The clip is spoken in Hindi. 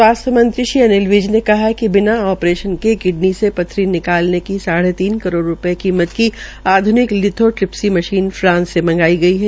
स्वास्थ्य मंत्री अनिल विज ने कहा कि बिना आप्रेशन के किडनी से पत्थरी निकालने की साढ़े तीन करोड़ रूपये की कीमत की आधुनिक लिथोट्रिप्सी मशीन फ्रांस से मंगाई गई है